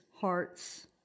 hearts